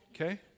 Okay